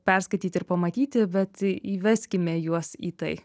perskaityti ir pamatyti bet įveskime juos į tai